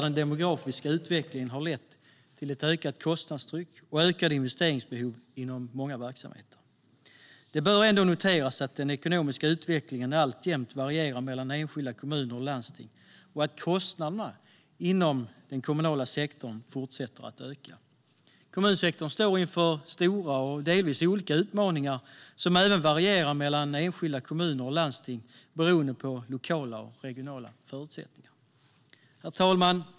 Den demografiska utvecklingen har lett till ett ökat kostnadstryck och ökade investeringsbehov inom många verksamheter. Det bör ändå noteras att den ekonomiska utvecklingen alltjämt varierar mellan enskilda kommuner och landsting och att kostnaderna inom den kommunala sektorn fortsätter att öka. Kommunsektorn står inför stora och delvis olika utmaningar som även varierar mellan enskilda kommuner och landsting beroende på lokala och regionala förutsättningar. Herr talman!